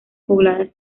pobladas